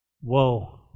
whoa